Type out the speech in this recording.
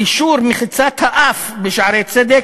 יישור מחיצת האף ב"שערי צדק"